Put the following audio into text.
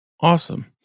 Awesome